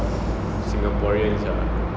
of singaporeans ah